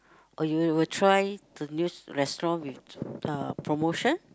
or you will try to use restaurant with the promotion